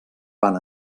van